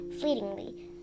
fleetingly